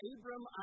Abram